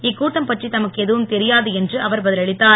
இக்கூட்டம் பற்றி தமக்கு எதுவும் தெரியாது என்று அவர் பதில் அளித்தார்